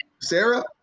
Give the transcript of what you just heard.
Sarah